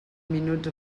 minuts